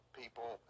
people